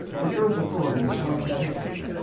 the earth authorities might protect you,